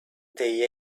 they